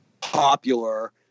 popular